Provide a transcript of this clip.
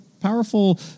powerful